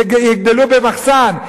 תגדל במחסן,